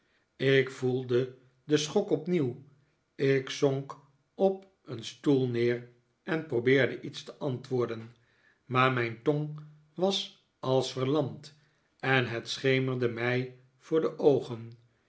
ik voelde den schok opnieuw ik zohk op een stoel n'eer en probeerde iets te antwoorden maar mijn tong was als verlamd en het schemerde mij voor de oogen